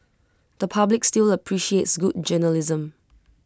the public still the appreciates good journalism